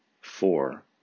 four